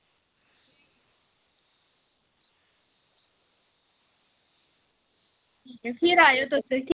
फिर आयो तुस